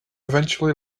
eventually